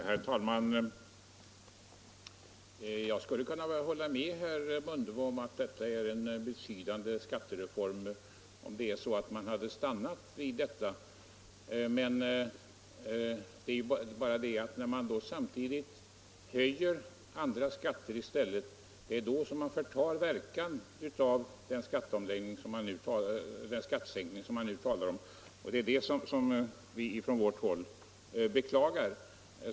Herr talman! Jag skulle kunna hålla med herr Mundebo om att det här är en betydande skattereform om man hade stannat vid detta. Men när man samtidigt höjer andra skatter i stället, förtar man verkan av den skattesänkning man nu talar om. Det är detta vi från moderat håll beklagar.